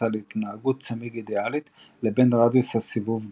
על התנהגות צמיג אידיאלית לבין רדיוס הסיבוב בפועל.